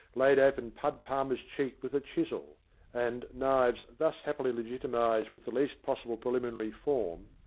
laid open pud palmer's cheek with a chisel and, knives thus happily legitimised with the least possible preliminary form,